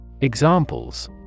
Examples